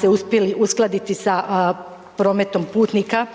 se uspjeli uskladiti sa prometom putnika,